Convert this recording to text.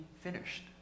finished